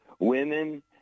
women